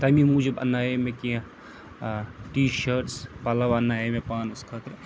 تَمی موٗجوٗب انٛنایے مےٚ کیٚنٛہہ ٹی شٲٹٕس پَلو انٛنایے مےٚ پانَس خٲطرٕ